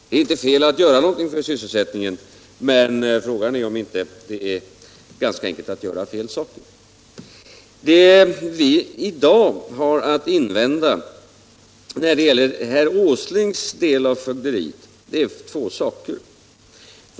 Det är inte fel att göra något för sysselsättningen, men frågan är om det inte är ganska enkelt att göra fel saker. Det vi i dag har att invända när det gäller herr Åslings del av fögderiet är två saker.